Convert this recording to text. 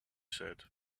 said